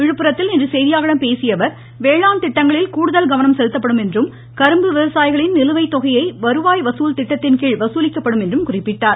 விழுப்புரத்தில் இன்று செய்தியாளர்களிடம் பேசியஅவர் வேளாண் திட்டங்களில் கூடுகல் கவனம் செலுத்தப்படும் என்றும் கரும்பு விவசாயிகளின் நிலுவைத்தொகையை வருவாய் வசூல் திட்டத்தின்கீழ் வசூலிக்கப்படும் என்றும் குறிப்பிட்டார்